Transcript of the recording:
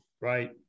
right